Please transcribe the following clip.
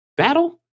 Battle